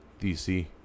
DC